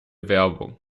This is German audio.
werbung